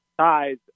size